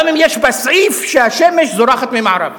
גם אם יש בה סעיף שהשמש זורחת ממערב.